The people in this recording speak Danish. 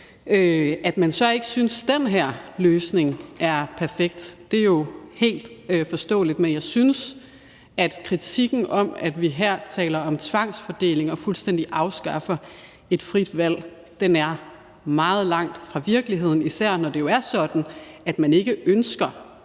At man så ikke synes, at den her løsning er perfekt, er jo helt forståeligt, men jeg synes, at kritikken om, at vi her taler om tvangsfordeling og fuldstændig afskaffer et frit valg, er meget langt fra virkeligheden, især når det jo er sådan, at man ikke ønsker